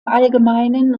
allgemeinen